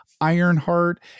Ironheart